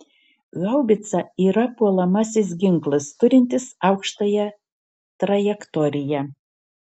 haubica yra puolamasis ginklas turintis aukštąją trajektoriją